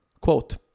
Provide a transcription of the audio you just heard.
Quote